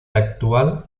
actual